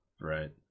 Right